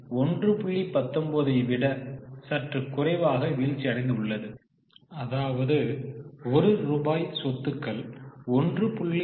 19 ஐ விட சற்று குறைவாக வீழ்ச்சியடைந்துள்ளது அதாவது 1 ரூபாய் சொத்துக்கள் 1